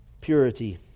Purity